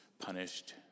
punished